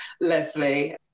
Leslie